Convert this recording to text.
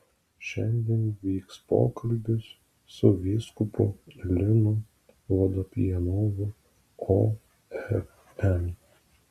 šiandien vyks pokalbis su vyskupu linu vodopjanovu ofm